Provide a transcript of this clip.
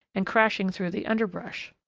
and crashing through the underbrush.